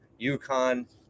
UConn